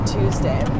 Tuesday